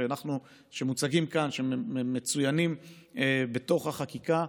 שמצוינים בתוך החקיקה,